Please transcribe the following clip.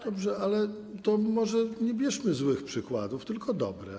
Dobrze, ale to może nie bierzmy złych przykładów, tylko bierzmy dobre.